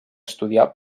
estudiar